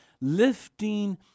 lifting